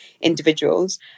individuals